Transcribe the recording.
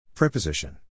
preposition